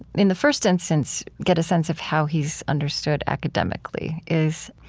in the first instance, get a sense of how he's understood academically, is